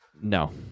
No